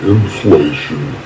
Inflation